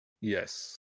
Yes